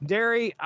Derry